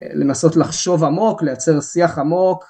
לנסות לחשוב עמוק, לייצר שיח עמוק